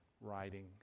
writing